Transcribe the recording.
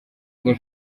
rwa